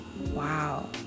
wow